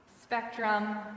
Spectrum